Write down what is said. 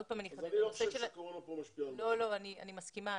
אני מסכימה.